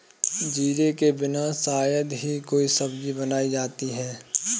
जीरे के बिना शायद ही कोई सब्जी बनाई जाती है